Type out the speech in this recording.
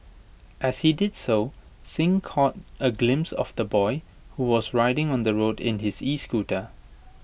as he did so Singh caught A glimpse of the boy who was riding on the road in his escooter